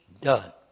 done